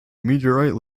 meteorite